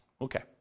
Okay